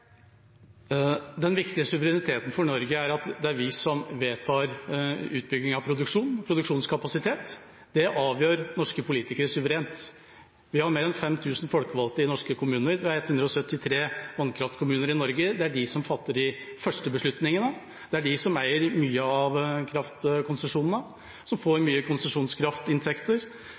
er vi som vedtar utbygging av produksjon og produksjonskapasitet. Det avgjør norske politikere suverent. Vi har mer enn 5 000 folkevalgte i norske kommuner. Det er 173 vannkraftkommuner i Norge. Det er de som fatter de første beslutningene, det er de som eier mange av kraftkonsesjonene, og som får